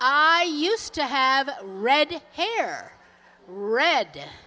i used to have red hair red